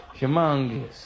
humongous